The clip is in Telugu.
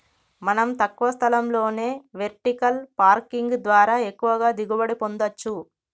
మనం తక్కువ స్థలంలోనే వెర్టికల్ పార్కింగ్ ద్వారా ఎక్కువగా దిగుబడి పొందచ్చు